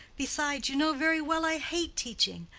besides, you know very well i hate teaching.